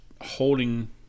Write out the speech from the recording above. holding